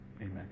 Amen